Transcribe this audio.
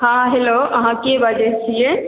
हाँ हेल्लो अहाँ के बाजै छियै